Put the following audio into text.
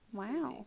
wow